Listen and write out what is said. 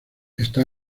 está